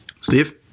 Steve